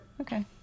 Okay